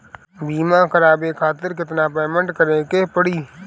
बीमा करावे खातिर केतना पेमेंट करे के पड़ी?